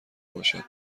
باشد